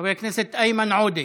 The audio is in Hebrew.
חבר הכנסת איימן עודה,